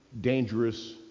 dangerous